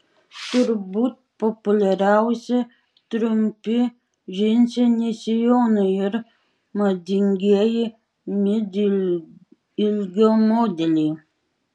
turbūt populiariausi trumpi džinsiniai sijonai ir madingieji midi ilgio modeliai